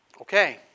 Okay